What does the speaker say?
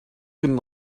can